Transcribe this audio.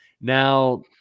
Now